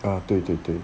啊对对对